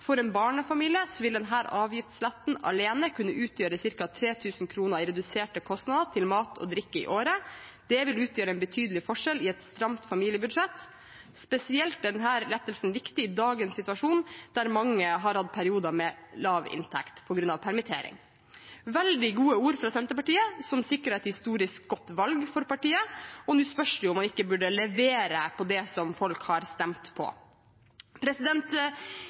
en barnefamilie vil denne avgiftsletten alene kunne utgjøre ca. 3 000 kr i reduserte kostnader til mat og drikke i året. Det vil utgjøre en betydelig forskjell i et stramt familiebudsjett. Spesielt er denne lettelsen viktig i dagens situasjon », der mange har hatt perioder med lav inntekt på grunn av permittering. Dette er veldig gode ord fra Senterpartiet, som sikret et historisk godt valg for partiet, og nå spørs det jo om man ikke burde levere på som folk har stemt på.